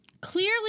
clearly